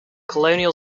colonial